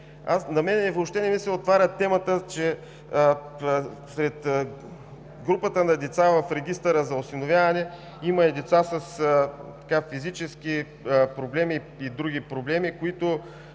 На мен въобще не ми се отваря темата, че сред групата деца в Регистъра за осиновяване има и деца с физически проблеми, с други проблеми, които